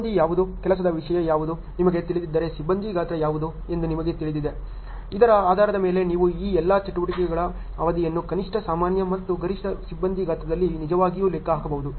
ಸಿಬ್ಬಂದಿ ಯಾವುದು ಕೆಲಸದ ವಿಷಯ ಯಾವುದು ನಿಮಗೆ ತಿಳಿದಿದ್ದರೆ ಸಿಬ್ಬಂದಿ ಗಾತ್ರ ಯಾವುದು ಎಂದು ನಿಮಗೆ ತಿಳಿದಿದೆ ಇದರ ಆಧಾರದ ಮೇಲೆ ನೀವು ಈ ಎಲ್ಲಾ ಚಟುವಟಿಕೆಗಳ ಅವಧಿಯನ್ನು ಕನಿಷ್ಠ ಸಾಮಾನ್ಯ ಮತ್ತು ಗರಿಷ್ಠ ಸಿಬ್ಬಂದಿ ಗಾತ್ರದಲ್ಲಿ ನಿಜವಾಗಿಯೂ ಲೆಕ್ಕ ಹಾಕಬಹುದು